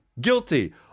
Guilty